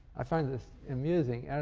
i find this amusing. and